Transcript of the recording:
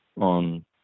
on